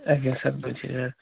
ଆଜ୍ଞା ସାର୍ ବୁଝିବା